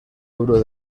duro